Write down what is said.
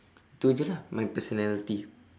itu jer lah my personality